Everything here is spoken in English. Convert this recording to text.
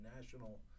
national